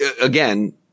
Again